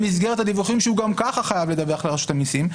במסגרת הדיווחים שהוא גם ככה חייב לדווח לרשות המסים,